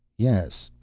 yes.